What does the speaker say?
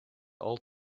old